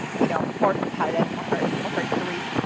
you know, more competitive, more hard more hard to reach.